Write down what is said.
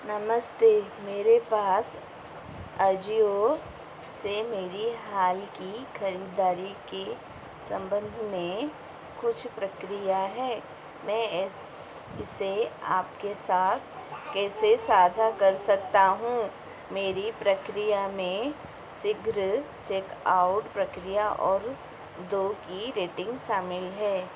नमस्ते मेरे पास ऑज़ियो से मेरी हाल की खरीदारी के सम्बन्ध में कुछ प्रक्रिया है मैं इसे आपके साथ कैसे साझा कर सकता हूँ मेरी प्रक्रिया में शीघ्र चेक़आउट प्रक्रिया और दो की रेटिन्ग शामिल है